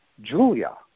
Julia